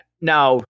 Now